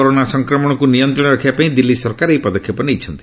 corona ସଂକ୍ରମଣକୁ ନିୟନ୍ତ୍ରଣରେ ରଖିବା ପାଇଁ ଦିଲ୍ଲୀ ସରକାର ଏହି ପଦକ୍ଷେପ ନେଉଛନ୍ତି